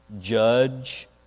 judge